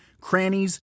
crannies